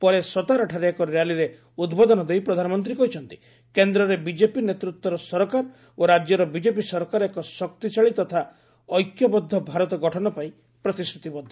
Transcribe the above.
ପରେ ସତାରାଠାରେ ଏକ ର୍ୟାଲିରେ ଉଦ୍ବୋଧନ ଦେଇ ପ୍ରଧାନମନ୍ତ୍ରୀ କହିଛନ୍ତି କେନ୍ଦ୍ରରେ ବିଜେପି ନେତୃତ୍ୱର ସରକାର ଓ ରାଜ୍ୟର ବିଜେପି ସରକାର ଏକ ଶକ୍ତିଶାଳୀ ତଥା ଐକ୍ୟବଦ୍ଧ ଭାରତ ଗଠନ ପାଇଁ ପ୍ରତିଶ୍ରତିବଦ୍ଧ